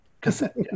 Cassette